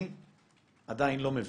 אני עדיין לא מבין.